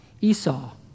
Esau